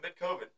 mid-COVID